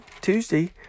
Tuesday